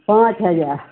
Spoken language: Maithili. पाँच हजार